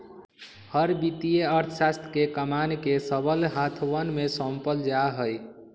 हर वित्तीय अर्थशास्त्र के कमान के सबल हाथवन में सौंपल जा हई